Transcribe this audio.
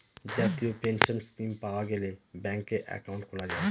জাতীয় pension scheme পাওয়া গেলে ব্যাঙ্কে একাউন্ট খোলা যায়